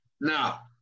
now